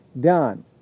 done